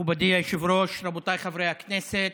מכובדי היושב-ראש, רבותיי חברי הכנסת,